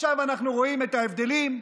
עכשיו אנחנו רואים את ההבדלים,